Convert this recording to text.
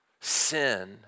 sin